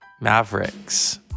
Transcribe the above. Mavericks